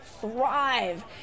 thrive